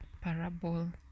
parable